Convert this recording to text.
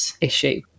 issue